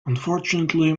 unfortunately